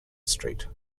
street